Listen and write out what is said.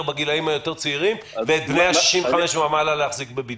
בגילאים הצעירים יותר ואילו את בני ה-65 ומעלה להחזיק בבידוד?